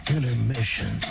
Intermission